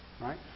right